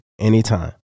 anytime